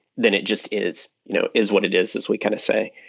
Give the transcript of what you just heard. then it just is you know is what it is as we kind of say.